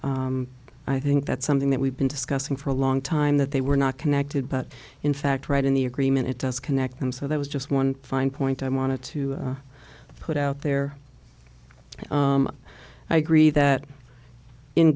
voters i think that's something that we've been discussing for a long time that they were not connected but in fact right in the agreement it does connect them so there was just one fine point i wanted to put out there i agree that in